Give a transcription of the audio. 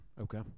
Okay